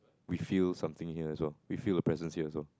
we feel something here as well we feel the presence here as well